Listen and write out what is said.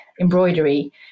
embroidery